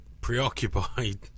preoccupied